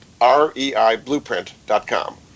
reiblueprint.com